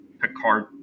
Picard